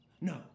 No